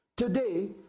Today